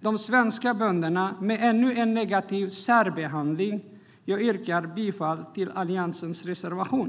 de svenska bönderna med ännu mer negativ särbehandling! Jag yrkar bifall till Alliansens reservation.